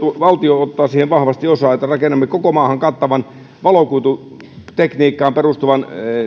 valtio ottaa siihen vahvasti osaa että rakennamme koko maahan kattavan valokuitutekniikkaan perustuvan